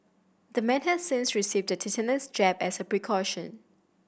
the man has since received a tetanus jab as a precaution